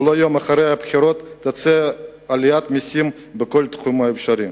ולא יום אחרי הבחירות תציע עליית מסים בכל תחום אפשרי,